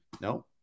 No